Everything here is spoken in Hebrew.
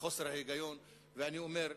וחוסר ההיגיון, ואני אומר: